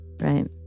right